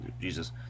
Jesus